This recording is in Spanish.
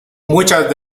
muchas